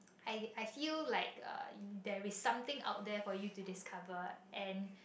I I feel like there's something out there for you to discover